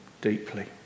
deeply